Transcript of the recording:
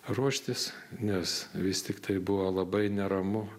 ruoštis nes vis tiktai buvo labai neramu